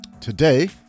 Today